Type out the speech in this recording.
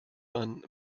man